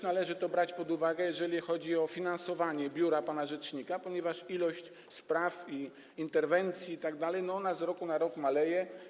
Należy to brać pod uwagę, jeżeli chodzi o finansowanie biura pana rzecznika, ponieważ ilość spraw, interwencji itd. z roku na rok maleje.